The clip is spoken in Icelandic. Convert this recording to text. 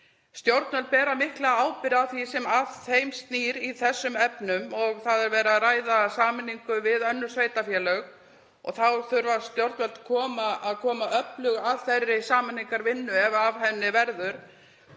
Stjórnvöld bera mikla ábyrgð á því sem að þeim snýr í þessum efnum. Það er verið að ræða sameiningu við önnur sveitarfélög og þá þurfa stjórnvöld að koma öflug að þeirri sameiningarvinnu, ef af henni verður,